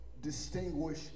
distinguish